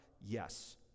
Yes